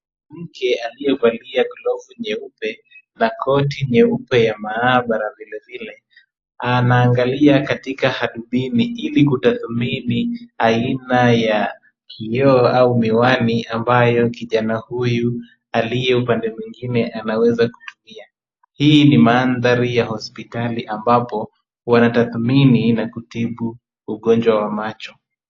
Mke aliyevalia glovu nyeupe na koti nyeupe ya maabara vile vile, anaangalia katika hadubini, ili kutathmini aina ya kioo au miwani ambayo kijana huyu aliyo upande mwingine anaweza kutumia. Hii ni mandhari ya hospitali ambapo wanatathmini na kutibu ugonjwa wa macho.